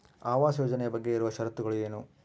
ಆವಾಸ್ ಯೋಜನೆ ಬಗ್ಗೆ ಇರುವ ಶರತ್ತುಗಳು ಏನು?